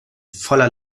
voller